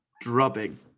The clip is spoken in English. drubbing